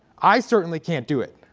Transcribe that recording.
i certainly can't do it